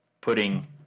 putting